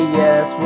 yes